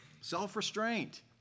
Self-restraint